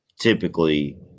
typically